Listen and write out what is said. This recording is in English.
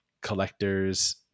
collectors